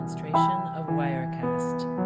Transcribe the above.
sort of wirecast